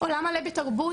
עולם מלא בתרבות,